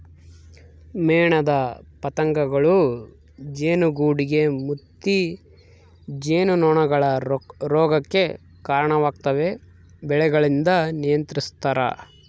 ಮೇಣದ ಪತಂಗಗಳೂ ಜೇನುಗೂಡುಗೆ ಮುತ್ತಿ ಜೇನುನೊಣಗಳ ರೋಗಕ್ಕೆ ಕರಣವಾಗ್ತವೆ ಬೆಳೆಗಳಿಂದ ನಿಯಂತ್ರಿಸ್ತರ